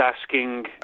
asking